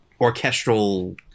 orchestral